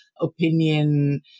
opinion